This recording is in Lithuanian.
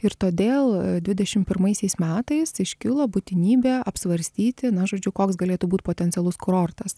ir todėl dvidešim pirmaisiais metais iškilo būtinybė apsvarstyti na žodžiu koks galėtų būt potencialus kurortas